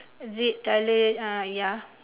red colour uh ya